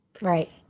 Right